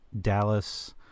Dallas